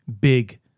big